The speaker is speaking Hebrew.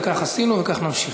וכך עשינו וכך נמשיך.